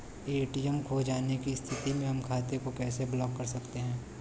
ATM खो जाने की स्थिति में हम खाते को कैसे ब्लॉक कर सकते हैं?